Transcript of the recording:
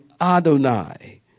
Adonai